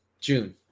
June